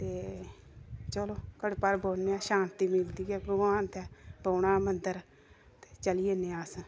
ते चलो घड़ी भर बौह्न्ने आं शांति मिलदी गै भगवान दे बौहना मंदर ते चली जन्ने आं अस